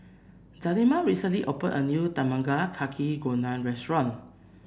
Zelma recently opened a new Tamago Kake Gohan restaurant